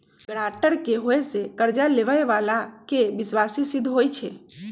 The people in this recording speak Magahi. गरांटर के होय से कर्जा लेबेय बला के विश्वासी सिद्ध होई छै